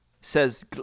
Says